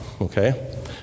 Okay